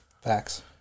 facts